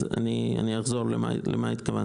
אז לחזור על זה?